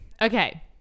Okay